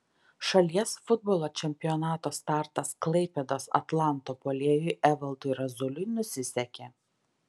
šalies futbolo čempionato startas klaipėdos atlanto puolėjui evaldui razuliui nusisekė